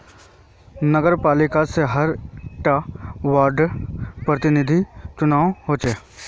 नगरपालिका से हर टा वार्डर प्रतिनिधिर चुनाव होचे